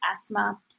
asthma